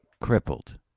crippled